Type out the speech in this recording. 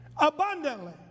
abundantly